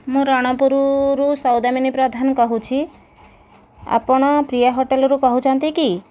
ମୁଁ ରଣପୁରୁରୁ ସୌଦାମିନୀ ପ୍ରଧାନ କହୁଛି ଆପଣ ପ୍ରିୟା ହୋଟେଲରୁ କହୁଛନ୍ତି କି